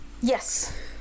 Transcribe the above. yes